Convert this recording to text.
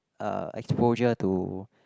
uh exposure to